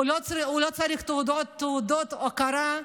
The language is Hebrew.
הוא לא צריך תעודות הוקרה.